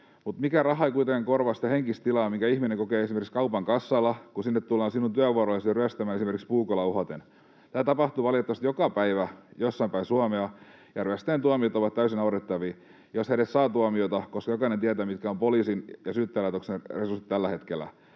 mutta mikään raha ei kuitenkaan korvaa sitä henkistä tilaa, minkä ihminen kokee esimerkiksi kaupan kassalla, kun sinne tullaan sinun työvuorollasi ryöstämään esimerkiksi puukolla uhaten. Tätä tapahtuu valitettavasti joka päivä jossain päin Suomea. Ja ryöstäjien tuomiot ovat täysin naurettavia, jos he edes saavat tuomiota, koska jokainen tietää, mitkä ovat poliisin ja Syyttäjälaitoksen resurssit tällä hetkellä.